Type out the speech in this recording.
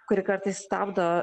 kuri kartais stabdo